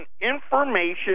information